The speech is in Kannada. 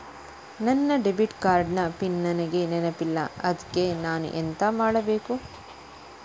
ನನ್ನ ಡೆಬಿಟ್ ಕಾರ್ಡ್ ನ ಪಿನ್ ನನಗೆ ನೆನಪಿಲ್ಲ ಅದ್ಕೆ ನಾನು ಎಂತ ಮಾಡಬೇಕು?